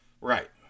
right